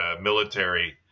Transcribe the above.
military